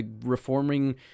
reforming